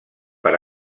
per